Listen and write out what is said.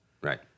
Right